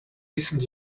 recent